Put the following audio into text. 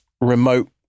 remote